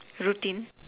routine